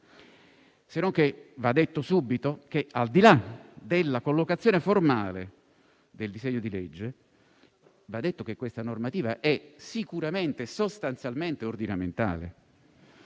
modo, va detto subito che, al di là della collocazione formale del disegno di legge, questa normativa è sicuramente e sostanzialmente ordinamentale.